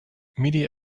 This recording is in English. media